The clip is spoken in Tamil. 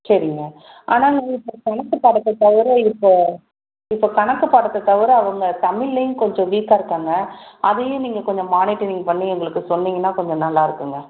சரிங்க ஆனால் அவங்க இப்போ கணக்கு பாடத்தை தவிர இப்போ இப்போ கணக்கு பாடத்தை தவிர அவங்க தமிழ்லையும்கொஞ்சம் வீக்காக இருக்காங்க அதையும் நீங்கள் கொஞ்சம் மானிட்டரிங் பண்ணி எங்களுக்கு சொன்னிங்கன்னால் கொஞ்சம் நல்லாயிருக்குங்க